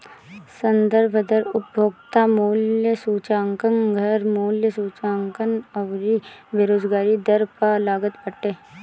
संदर्भ दर उपभोक्ता मूल्य सूचकांक, घर मूल्य सूचकांक अउरी बेरोजगारी दर पअ लागत बाटे